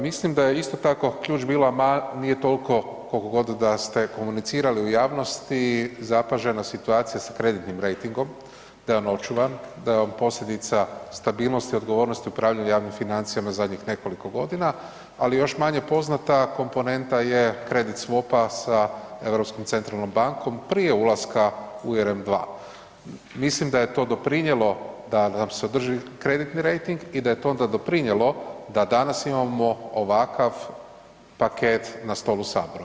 Mislim da je isto tako ključ bila, nije toliko koliko god da ste komunicirali u javnosti zapažena situacija sa kreditnim rejtingom, da je on očuvan, da je on posljedica stabilnosti odgovornosti u upravljanju javnim financijama zadnjih nekoliko godina, ali još manje poznata komponenta je kredit swap-a sa Europskom centralnom bankom prije ulaska u RM2. mislim da je to doprinijelo da nam se održi kreditni rejting i da je to onda doprinijelo da danas imamo ovakav paket na stolu Sabora.